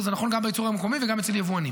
זה נכון גם בייצור המקומי וגם אצל יבואנים.